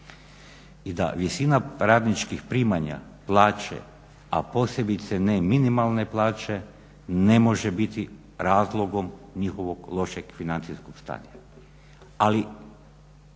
i da visina pravničkih primanja, plaće, a posebice ne minimalne plaće ne može biti razlogom njihovog lošeg financijskog stanja. Ali